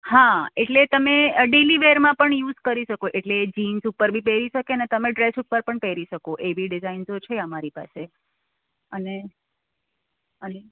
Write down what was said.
હા એટલે તમે ડેલી વેર માં પણ યુઝ કરી શકો એટલે જીન્સ ઉપર બી પહેરી શકીએ તમે ડ્રેસ ઉપર પણ પહેરી શકો એવી ડિઝાઈન્સ છે અમારી પાસે અને અને